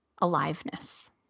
aliveness